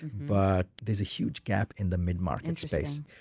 but there is a huge gap in the mid-market space.